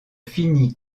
finit